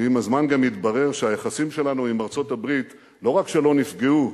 שעם הזמן גם התברר שהיחסים שלנו עם ארצות-הברית לא רק שלא נפגעו,